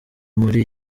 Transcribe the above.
muri